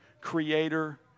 creator